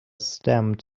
stamped